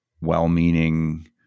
well-meaning